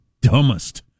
dumbest